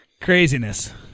craziness